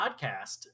podcast